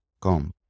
come